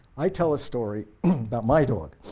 i tell a story about my dog,